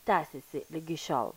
tęsiasi ligi šiol